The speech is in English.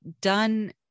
done